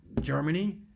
Germany